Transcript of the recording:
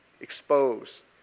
expose